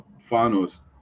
finals